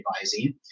advising